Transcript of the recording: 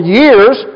years